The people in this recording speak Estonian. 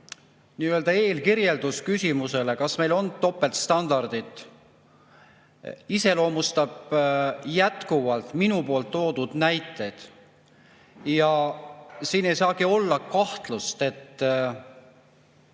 nii-öelda eelkirjeldus küsimusest, kas meil on topeltstandardid, iseloomustab jätkuvalt minu poolt toodud näiteid. Ja siin ei saagi olla kahtlust, et